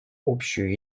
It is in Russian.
общую